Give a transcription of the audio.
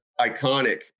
iconic